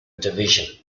division